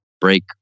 break